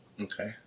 Okay